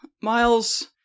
Miles